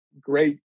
great